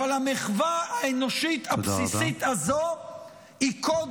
אבל המחווה האנושית הבסיסית הזאת היא קוד